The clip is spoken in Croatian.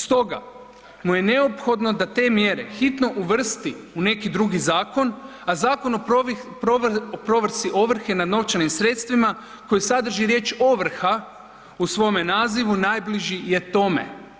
Stoga mu je neophodno da te mjere hitno uvrsti u neki drugi zakon, a Zakon o provedbi ovrhe nad novčanim sredstvima koji sadrži riječ ovrha u svome naziva najbliži je tome.